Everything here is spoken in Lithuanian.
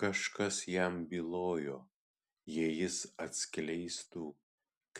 kažkas jam bylojo jei jis atskleistų